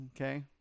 Okay